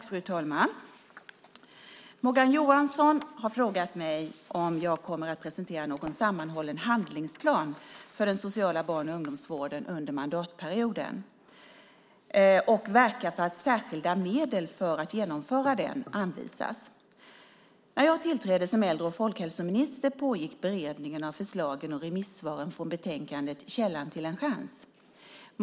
Fru talman! Morgan Johansson har frågat mig om jag kommer att presentera någon sammanhållen handlingsplan för den sociala barn och ungdomsvården under mandatperioden och verka för att särskilda medel för att genomföra den anvisas. När jag tillträdde som äldre och folkhälsominister pågick beredningen av förslagen och remissvaren från betänkandet Källan till en chans .